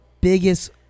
biggest